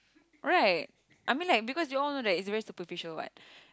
right I mean like because you all know that it's very superficial what